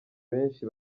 benshi